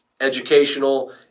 educational